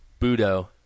Budo